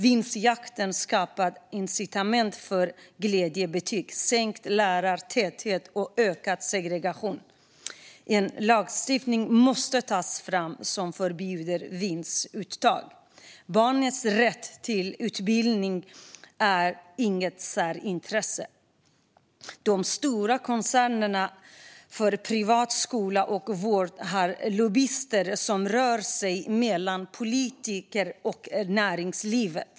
Vinstjakten skapar incitament för glädjebetyg, sänkt lärartäthet och ökad segregation. En lagstiftning som förbjuder vinstuttag måste tas fram. Barnets rätt till utbildning är inget särintresse. De stora koncernerna för privat skola och vård har lobbyister som rör sig mellan politiker och näringslivet.